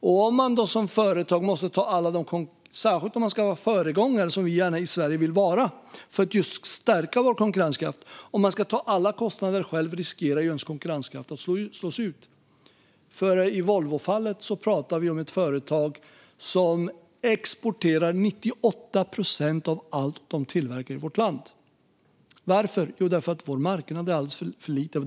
Om man som företagare då ska ta alla kostnader själv - särskilt om man ska vara föregångare, som vi i Sverige gärna vill vara för att just stärka vår konkurrenskraft - riskerar ju ens konkurrenskraft att slås ut. I Volvofallet talar vi om ett företag som exporterar 98 procent av allt de tillverkar i vårt land. Varför? Jo, vår marknad är alldeles för liten.